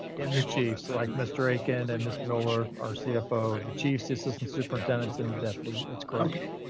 and the chiefs like mr. akin and ms. miller, our cfo, the chief's assistant superintendents and the deputy that's correct. okay.